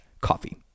coffee